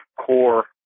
core